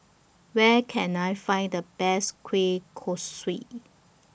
Where Can I Find The Best Kueh Kosui